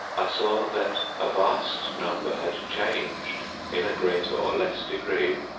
i saw that a vast number had changed, in a greater or less degree,